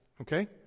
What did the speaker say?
Okay